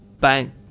Bang